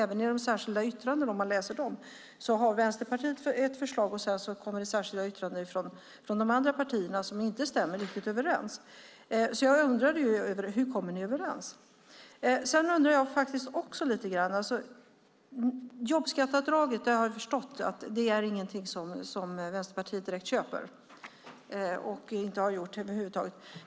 Även i de särskilda yttrandena har Vänsterpartiet ett förslag och sedan finns särskilda yttranden också från de andra partierna - och de stämmer inte riktigt överens. Därför undrar jag: Hur kommer ni överens? Jag har förstått att jobbskatteavdraget inte direkt är någonting som Vänsterpartiet köper, och har aldrig gjort.